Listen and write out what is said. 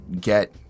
get